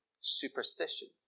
superstition